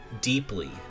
deeply